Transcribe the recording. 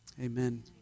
Amen